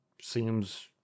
seems